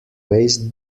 waste